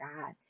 God